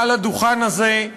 מעל הדוכן הזה,